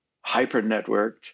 hyper-networked